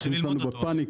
האנשים שלנו בפאניקה.